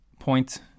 Point